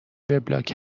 وبلاگ